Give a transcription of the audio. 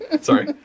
Sorry